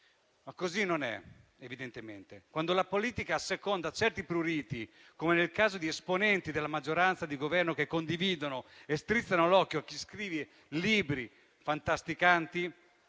però non è, evidentemente, quando la politica asseconda certi pruriti, come quelli di esponenti della maggioranza di Governo che condividono e strizzano l'occhio a chi scrive libri fantasticanti,